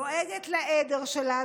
דואגת לעדר שלה,